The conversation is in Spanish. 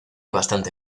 bastante